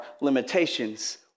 limitations